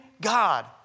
God